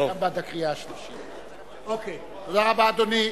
תודה רבה, אדוני.